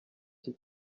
cy’i